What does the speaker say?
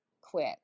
quit